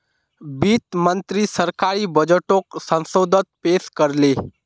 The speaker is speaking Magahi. वित्त मंत्री सरकारी बजटोक संसदोत पेश कर ले